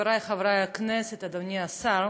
חברי חברי הכנסת, אדוני השר,